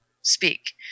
speak